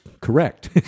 correct